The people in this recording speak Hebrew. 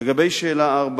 לגבי שאלה 4,